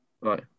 Right